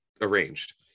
arranged